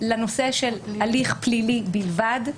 לנושא של הליך פלילי בלבד.